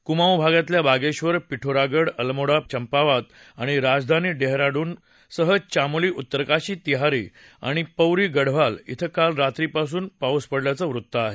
कुमाऊं भागातल्या बागेबर पिठोरागढ अल्मोडा चंपावत आणि राजधानी डेहराडूनसह चामोली उत्तर काशी तिहारी आणि पौरी गढवाल शें काल रात्री पाऊस पडल्याचं वृत्त आहे